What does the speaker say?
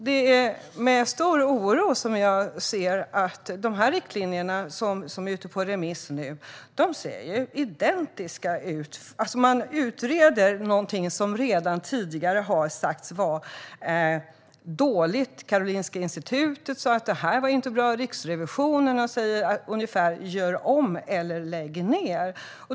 Det är med stor oro som jag ser att de riktlinjer som nu är ute på remiss är identiska med de förra. Man utreder någonting som tidigare har sagts vara dåligt. Karolinska Institutet har sagt att riktlinjerna inte är bra. Riksrevisionen säger ungefär: Gör om eller lägg ned!